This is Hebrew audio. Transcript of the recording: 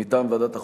מטעם ועדת החוקה,